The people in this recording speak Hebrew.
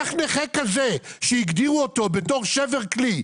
איך נכה כזה שהגדירו אותו בתור שבר כלי,